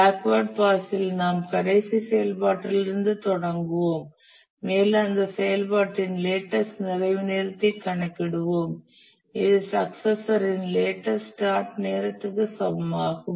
backward பாஸில் நாம் கடைசி செயல்பாட்டிலிருந்து தொடங்குவோம் மேலும் அந்த செயல்பாட்டின் லேட்டஸ்ட் நிறைவு நேரத்தை கணக்கிடுவோம் இது சக்சசரின் லேட்டஸ்ட் ஸ்டார்ட் நேரத்திற்கு சமமாகும்